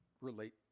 relate